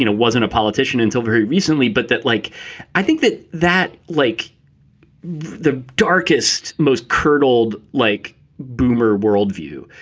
you know wasn't a politician until very recently, but that like i think that that like the darkest, most curdled, like boomer world view.